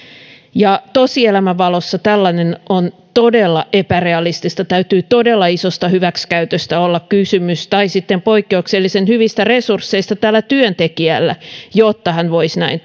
tosielämän valossa tällainen on todella epärealistista täytyy todella isosta hyväksikäytöstä olla kysymys tai sitten poikkeuksellisen hyvistä resursseista tällä työntekijällä jotta hän voisi näin